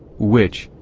which,